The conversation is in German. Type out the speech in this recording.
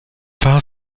war